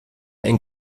ein